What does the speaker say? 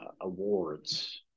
awards